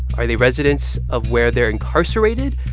are they residents of where they're incarcerated?